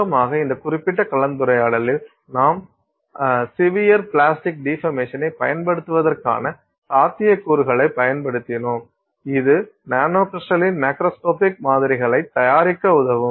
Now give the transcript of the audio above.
சுருக்கமாக இந்த குறிப்பிட்ட கலந்துரையாடலில் நாம் சிவியர் பிளாஸ்டிக் டிபர்மேசனை பயன்படுத்துவதற்கான சாத்தியக்கூறுகளைப் பயன்படுத்தினோம் இது நானோகிரிஸ்டலின் மாக்ரோஸ்கோபிக் மாதிரிகளைத் தயாரிக்க உதவும்